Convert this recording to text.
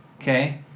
Okay